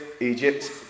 Egypt